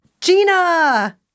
Gina